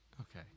Okay